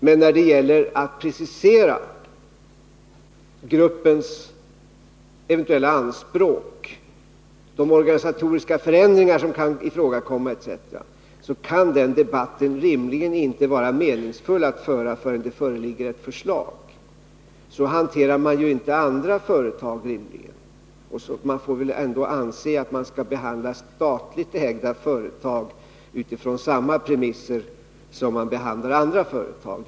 Men när det gäller att precisera gruppens eventuella anspråk, de organisatoriska förändringar som kan komma i fråga osv., kan det rimligen inte vara meningsfullt att föra en debatt förrän det föreligger ett förslag. Så hanterar man ju rimligen inte heller andra företag. Man får väl ändå anse att man skall behandla statligt ägda företag utifrån samma premisser som dem som gäller för andra företag.